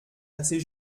assez